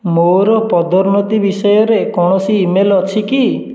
ମୋର ପଦୋନ୍ନତି ବିଷୟରେ କୌଣସି ଇ ମେଲ୍ ଅଛି କି